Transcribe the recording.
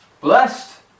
Blessed